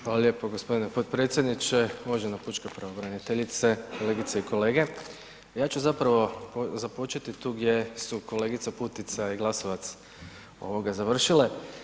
Hvala lijepo g. potpredsjedniče, uvažena pučka pravobraniteljice, kolegice i kolege, ja ću zapravo započeti tu gdje su kolegica Putica i Glasovac završile.